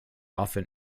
often